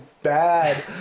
Bad